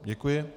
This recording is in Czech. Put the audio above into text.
Děkuji.